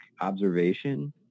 observation